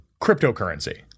cryptocurrency